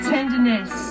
Tenderness